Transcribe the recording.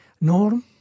norm